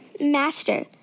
Master